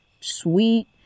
sweet